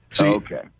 okay